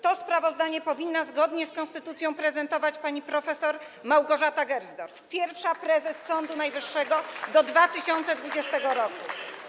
To sprawozdanie powinna zgodnie z konstytucją prezentować pani prof. Małgorzata Gersdorf, pierwsza prezes Sądu Najwyższego do 2020 r.